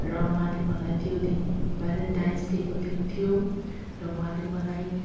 र उहाँले मलाई त्यो दिन भेलेन्टाइन्स डेको दिन थियो र उहाँले मलाई